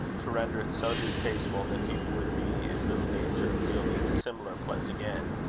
to render it so distasteful, that he would be in little danger of yielding a similar pledge again,